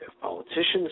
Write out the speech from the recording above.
politicians